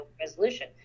resolution